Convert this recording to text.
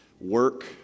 work